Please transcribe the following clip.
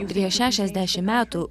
prieš šešasdešimt metų